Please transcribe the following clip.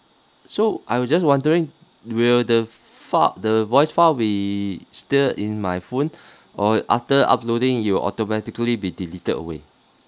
so I was just wondering will the far~ the voice file we still in my phone or after uploading you automatically be deleted away